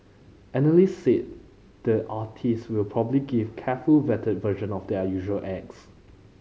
analysts say the artist will probably give carefully vetted version of their usual acts